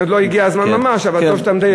עוד לא הגיע הזמן ממש, אבל טוב שאתה מדייק.